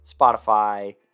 Spotify